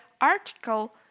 article